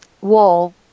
wall